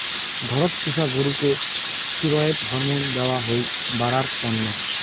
ঘরত পুষা গরুকে ষ্টিরৈড হরমোন দেয়া হই বাড়ার তন্ন